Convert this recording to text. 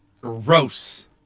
Gross